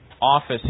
office